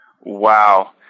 Wow